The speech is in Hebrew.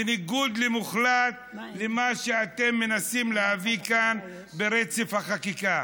בניגוד מוחלט למה שאתם מנסים להביא כאן ברצף החקיקה.